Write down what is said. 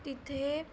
तिथे